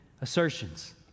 assertions